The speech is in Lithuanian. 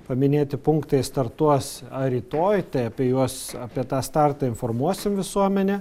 paminėti punktai startuos rytoj tai apie juos apie tą startą informuosim visuomenę